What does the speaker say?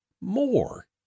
more